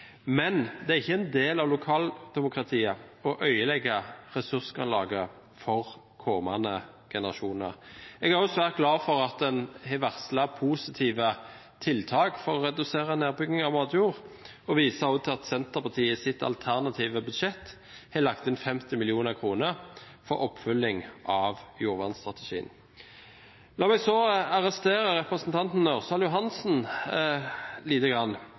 Men det er ikke en del av lokaldemokratiet å ødelegge ressursgrunnlaget for kommende generasjoner. Jeg er også svært glad for at en har varslet positive tiltak for å redusere nedbygging av matjord og viser også til at Senterpartiet i sitt alternative budsjett har lagt inn 50 mill. kr for oppfylling av jordvernstrategien. La meg så arrestere representanten Ørsal Johansen